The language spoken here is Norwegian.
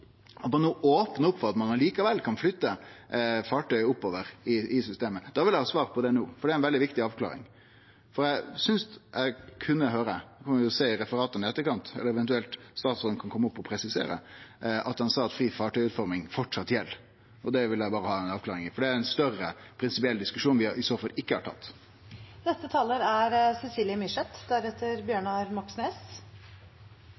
at ein no opnar opp for at ein likevel kan flytte fartøy oppover i systemet, da vil eg har svar på det no, for det er ei veldig viktig avklaring. Eg syntest eg kunne høyre – det får vi jo sjå i referatet i etterkant, eller statsråden kan eventuelt kome opp og presisere – at han sa at fri fartøyutforming framleis gjeld. Det vil eg berre ha ei avklaring på, for det er ein større prinsipiell diskusjon vi i så fall ikkje har